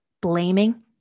blaming